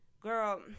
Girl